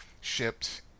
shipped